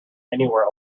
anywhere